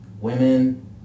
women